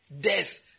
death